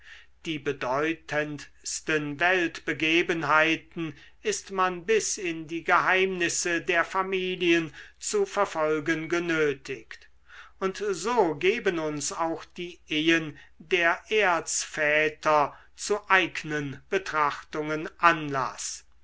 die bedeutendsten weltbegebenheiten ist man bis in die geheimnisse der familien zu verfolgen genötigt und so geben uns auch die ehen der erzväter zu eignen betrachtungen anlaß